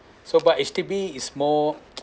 so but H_D_B is more